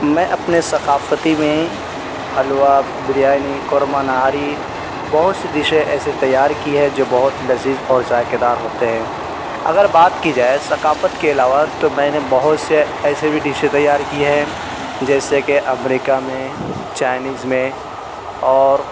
میں اپنے ثقافتی میں حلوہ بریانی قورمہ نہاری بہت سی دشے ایسے تیار کی ہے جو بہت لذیذ اور ذائقے دار ہوتے ہیں اگر بات کی جائے ثقافت کے علاوہ تو میں نے بہت سے ایسے بھی ڈشے تیار کی ہیں جیسے کہ امریکہ میں چائنیز میں اور